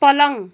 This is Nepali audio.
पलङ